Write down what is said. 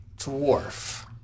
Dwarf